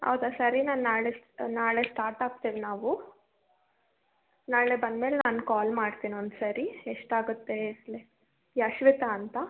ಹೌದಾ ಸರಿ ನಾನು ನಾಳೆ ನಾಳೆ ಸ್ಟಾರ್ಟ್ ಆಗ್ತೀವಿ ನಾವು ನಾಳೆ ಬಂದ್ಮೇಲೆ ನಾನು ಕಾಲ್ ಮಾಡ್ತೀನಿ ಒಂದ್ಸರಿ ಎಷ್ಟಾಗುತ್ತೆ ಲೆ ಯಶ್ವಿತ ಅಂತ